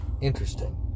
Interesting